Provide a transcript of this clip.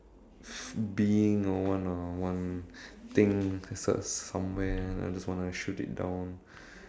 being or one uh one thing s~ somewhere I just wanna shoot it down